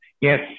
Yes